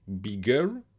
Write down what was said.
bigger